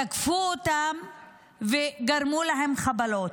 תקפו אותם וגרמו להם חבלות.